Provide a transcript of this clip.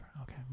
okay